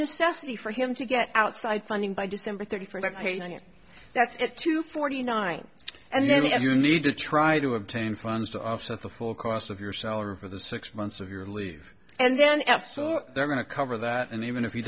necessity for him to get outside funding by december thirty first that's at two forty nine and then you need to try to obtain funds to offset the full cost of your salary for the six months of your leave and then s they're going to cover that and even if he